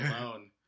alone